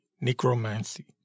necromancy